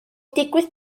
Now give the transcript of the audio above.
digwydd